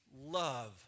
love